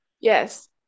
yes